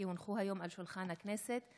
כי הונחו היום על שולחן הכנסת,